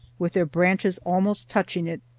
with their branches almost touching it,